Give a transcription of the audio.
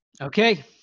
Okay